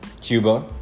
Cuba